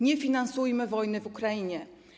Nie finansujmy wojny w Ukrainie.